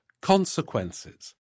consequences